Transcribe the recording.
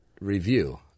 review